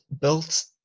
built